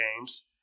games